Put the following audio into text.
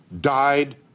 died